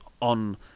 on